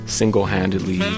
single-handedly